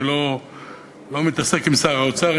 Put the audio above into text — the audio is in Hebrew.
אני לא מתעסק עם שר האוצר,